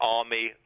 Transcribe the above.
army